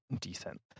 decent